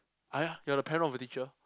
!aiya! you are the parent of the teacher